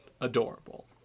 adorable